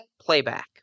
playback